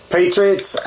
Patriots